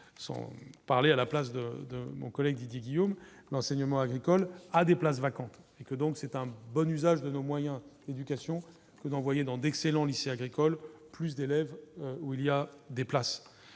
sans parler à la place de de mon collègue Didier Guillaume, l'enseignement agricole à des places vacantes et que donc c'est un bon usage de nos moyens éducation que d'envoyer dans d'excellents lycées agricoles plus d'élèves, où il y a des places